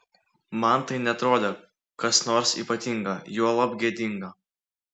man tai neatrodė kas nors ypatinga juolab gėdinga